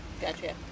Gotcha